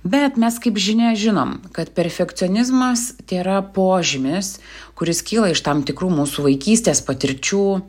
bet mes kaip žinia žinom kad perfekcionizmas tėra požymis kuris kyla iš tam tikrų mūsų vaikystės patirčių